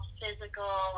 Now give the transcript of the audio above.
physical